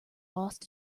lost